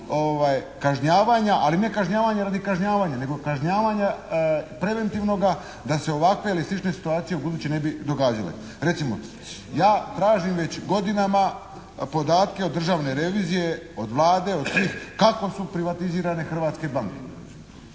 kažnjavanja, ali ne kažnjavanja radi kažnjavanja, nego kažnjavanja preventivnoga da se ovakve ili slične situacije ubuduće ne bi događale. Recimo, ja tražim već godinama podatke od Državne revizije, od Vlade, od svih kako su privatizirane hrvatske banke.